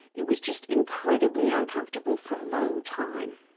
it was just incredibly uncomfortable for a long time.